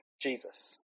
Jesus